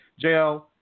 JL